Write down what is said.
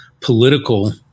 political